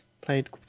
Played